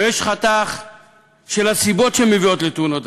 ויש חתך של הסיבות שמביאות לתאונות דרכים.